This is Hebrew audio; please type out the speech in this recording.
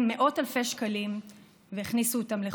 מאות אלפי שקלים והכניסו אותם לחובות.